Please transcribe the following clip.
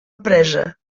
presa